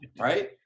right